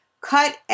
cut